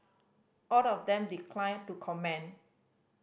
all of them declined to comment